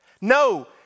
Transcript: No